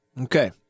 Okay